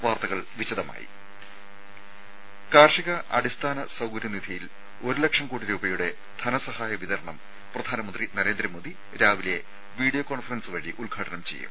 വാർത്തകൾ വിശദമായി കാർഷിക അടിസ്ഥാന സൌകര്യ നിധിയിൽ ഒരു ലക്ഷം കോടി രൂപയുടെ ധനസഹായ വിതരണം പ്രധാനമന്ത്രി നരേന്ദ്രമോദി രാവിലെ വീഡിയോ കോൺഫറൻസ് വഴി ഉദ്ഘാടനം ചെയ്യും